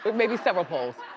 but maybe several polls.